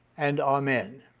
and amen.